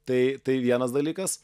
tai tai vienas dalykas